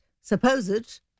supposed